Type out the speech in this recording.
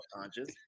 conscious